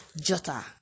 Jota